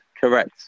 Correct